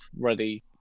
ready